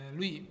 lui